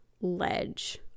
ledge